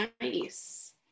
nice